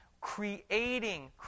creating